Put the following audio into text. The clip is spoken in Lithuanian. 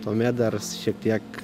tuomet dar šiek tiek